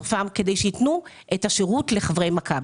פארם" כדי שיתנו את השירות לחברי מכבי.